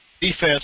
defense